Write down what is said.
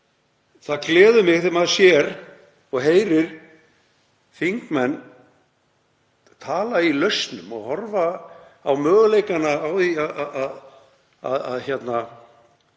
það gleður mig þegar maður sér og heyrir þingmenn tala í lausnum og horfa á möguleikana á því að